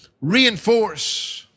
reinforce